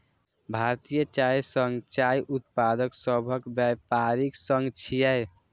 भारतीय चाय संघ चाय उत्पादक सभक व्यापारिक संघ छियै